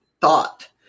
thought